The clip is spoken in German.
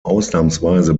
ausnahmsweise